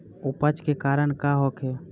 अपच के कारण का होखे?